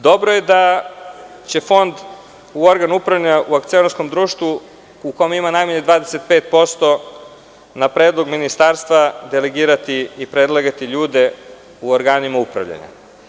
Dobro je da će Fond u organ upravljanja u akcionarskom društvu u kome ima najmanje 25%, na predlog ministarstva delegirati i predlagati ljude u organima upravljanja.